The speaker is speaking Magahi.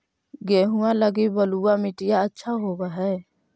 गेहुआ लगी बलुआ मिट्टियां अच्छा होव हैं?